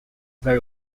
very